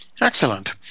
Excellent